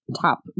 top